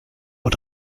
und